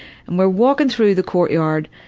and we're walking through the courtyard,